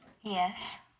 Yes